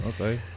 okay